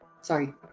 Sorry